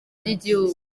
by’igihugu